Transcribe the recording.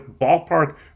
ballpark